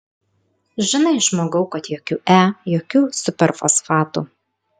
žinai žmogau kad jokių e jokių superfosfatų